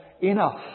enough